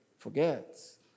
Forgets